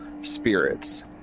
spirits